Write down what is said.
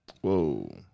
whoa